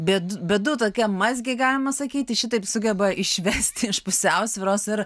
bet bėdų tokia mazgė galima sakyti šitaip sugeba išvesti iš pusiausvyros ir